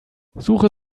suche